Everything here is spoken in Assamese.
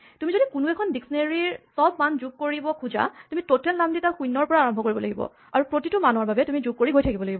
তুমি যদি কোনো এখন ডিস্কনেৰীঅভিধানৰ চব মান যোগ কৰিব খোজা তুমি টোটেল নাম দি তাক শূণ্যৰ পৰা আৰম্ভ কৰিব লাগিব আৰু প্ৰতিটো মানৰ বাবে তুমি যোগ কৰি গৈ থাকিব লাগিব